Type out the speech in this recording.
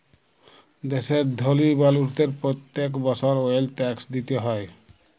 দ্যাশের ধলি মালুসদের প্যত্তেক বসর ওয়েলথ ট্যাক্স দিতে হ্যয়